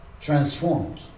transformed